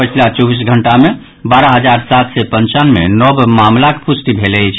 पछिला चौबीस घंटा मे बारह हजार सात सय पंचानवे नव मामिलाक प्रष्टि भेल अछि